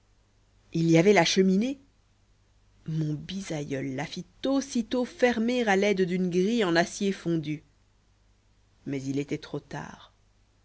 il y avait la cheminée mon bisaïeul la fit aussitôt fermer à l'aide d'une grille en acier fondu mais il était trop tard